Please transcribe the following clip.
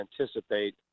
anticipate